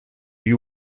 you